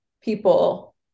people